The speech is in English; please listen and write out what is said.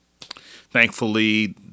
thankfully